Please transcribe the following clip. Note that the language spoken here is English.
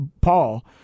Paul